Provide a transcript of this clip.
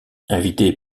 invité